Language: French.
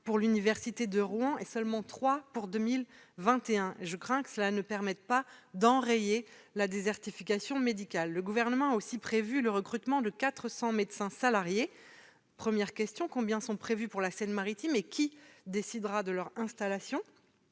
pour l'université de Rouen, et seulement trois en 2021. Je crains que cela ne permette pas d'enrayer la désertification médicale ... Le Gouvernement a aussi prévu le recrutement de 400 médecins salariés. Combien sont destinés à la Seine-Maritime et qui décidera de leur installation ?